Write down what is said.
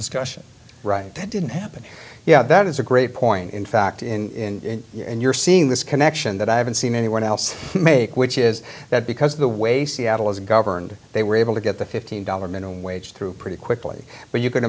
discussion right didn't happen yeah that is a great point in fact in you're seeing this connection that i haven't seen anyone else make which is that because of the way seattle is governed they were able to get the fifteen dollar minimum wage through pretty quickly but you can